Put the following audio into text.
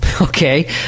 Okay